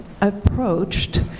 approached